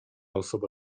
osoba